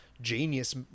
genius